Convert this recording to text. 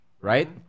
right